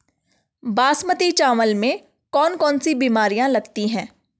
बासमती चावल में कौन कौन सी बीमारियां लगती हैं?